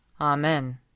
Amen